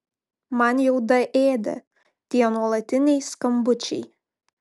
man jau daėdė tie nuolatiniai skambučiai